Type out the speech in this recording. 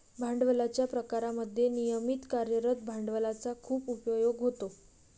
भांडवलाच्या प्रकारांमध्ये नियमित कार्यरत भांडवलाचा खूप उपयोग होतो